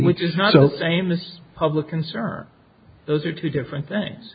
which is not so famous public concern those are two different things